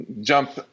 jump